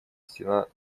стена